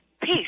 peace